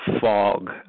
fog